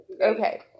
Okay